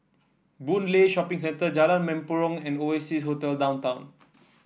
Boon Lay Shopping Centre Jalan Mempurong and Oasia Hotel Downtown